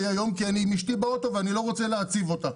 היום כי אני עם אשתי באוטו ואני לא רוצה להעציב אותה.